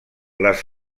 les